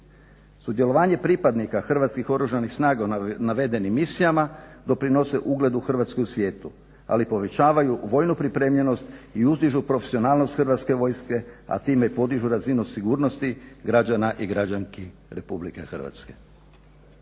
Sudjelovanje pripadnika Hrvatskih oružanih snaga u navedenim misijama doprinose ugledu Hrvatske u svijetu, ali povećavaju vojnu pripremljenost i uzdižu profesionalnost Hrvatske vojske a time i podižu razinu sigurnosti građana i građanki Republike Hrvatske.